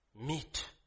meet